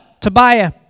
Tobiah